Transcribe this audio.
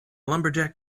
lumberjack